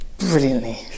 Brilliantly